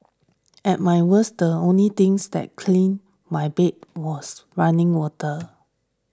at my worst the only things that clean my bed was running water